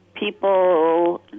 People